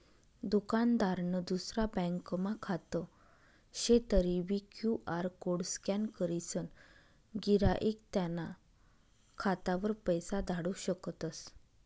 दुकानदारनं दुसरा ब्यांकमा खातं शे तरीबी क्यु.आर कोड स्कॅन करीसन गिराईक त्याना खातावर पैसा धाडू शकतस